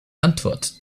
antwort